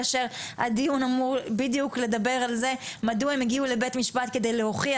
כאשר הדיון אמור בדיוק לדבר על זה מדוע הם הגיעו לבית משפט כדי להוכיח